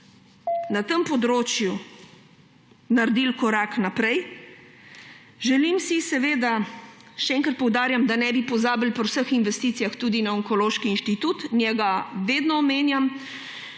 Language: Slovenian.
na tem področju naredili korak naprej. Želim si, še enkrat poudarjam, da ne bi pozabili pri vseh investicijah tudi na Onkološki inštitut, njega vedno omenjam,